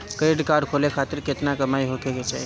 Credit card खोले खातिर केतना कमाई होखे के चाही?